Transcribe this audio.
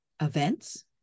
events